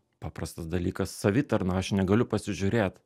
paprastas dalykas savitarna aš negaliu pasižiūrėt